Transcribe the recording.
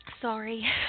sorry